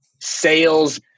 sales